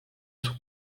son